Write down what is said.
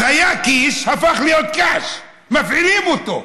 אז היה קיש, הפך להיות קש, מפעילים אותו: